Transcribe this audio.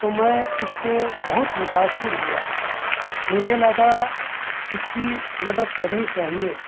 تو میں اس سے بہت متاثر ہوا مجھے لگا اس کی مدد کرنی چاہیے